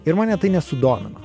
ir mane tai nesudomino